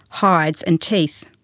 hides, and teeth.